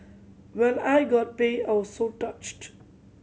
when I got pay I was so touched